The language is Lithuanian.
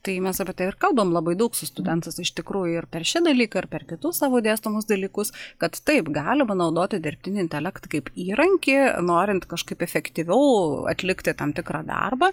tai mes apie tai ir kalbam labai daug su studentais iš tikrųjų ir per šį dalyką ar per kitus savo dėstomus dalykus kad taip galima naudoti dirbtinį intelektą kaip įrankį norint kažkaip efektyviau atlikti tam tikrą darbą